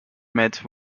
met